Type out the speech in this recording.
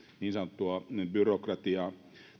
niin sanottua byrokratiaa